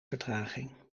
vertraging